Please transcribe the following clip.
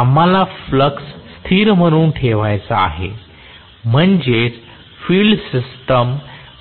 आम्हाला फ्लक्स स्थिर म्हणून ठेवायचा आहे म्हणजेच फील्ड सिस्टम